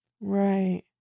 Right